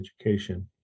education